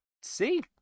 See